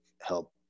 help